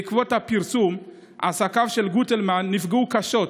בעקבות הפרסום עסקיו של גוטלמן נפגעו קשות,